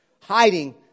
hiding